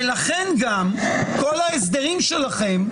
לכן גם כל ההסברים שלכם,